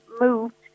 moved